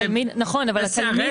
נכון, אבל התלמיד לא נמצא בבית הספר.